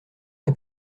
est